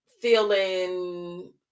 feeling